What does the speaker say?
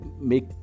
make